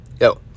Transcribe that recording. Yo